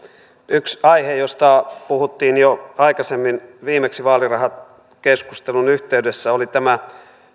yksi aihe josta puhuttiin jo aikaisemmin viimeksi vaalirahakeskustelun yhteydessä on tämä